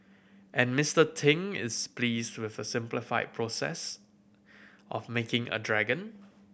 and Mister Ting is pleased with the simplified process of making a dragon